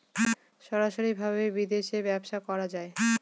সরাসরি ভাবে বিদেশী ব্যবসা করা যায়